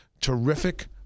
terrific